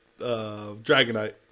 Dragonite